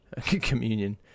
Communion